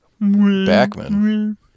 Backman